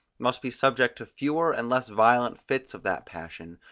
must be subject to fewer and less violent fits of that passion,